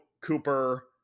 Cooper